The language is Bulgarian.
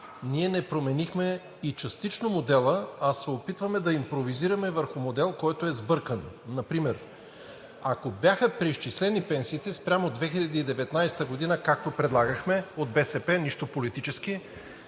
ние не променихме и частично модела, а се опитваме да импровизираме върху модел, който е сбъркан. Ако бяха преизчислени пенсиите спрямо 2019 г., както предлагаме от БСП – нищо политическо,